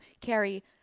Carrie